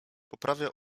poprawia